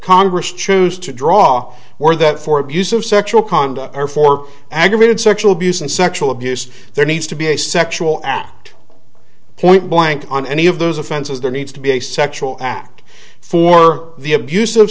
congress choose to draw or that for abuse of sexual conduct or for aggravated sexual abuse and sexual abuse there needs to be a sexual act point blank on any of those offenses there needs to be a sexual act for the abus